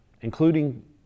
including